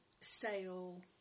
sale